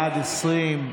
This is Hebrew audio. בעד, 20,